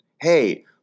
Hey